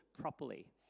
properly